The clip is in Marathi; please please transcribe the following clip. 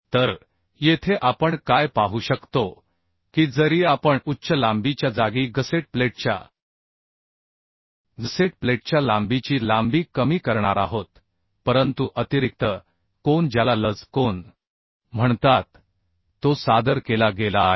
तर येथे आपण काय पाहू शकतो की जरी आपण उच्च लांबीच्या जागी गसेट प्लेटच्या गसेट प्लेटच्या लांबीची लांबी कमी करणार आहोत परंतु अतिरिक्त कोन ज्याला लज कोन म्हणतात तो सादर केला गेला आहे